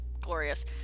glorious